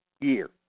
year